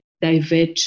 divert